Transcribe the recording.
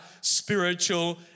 spiritual